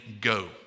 go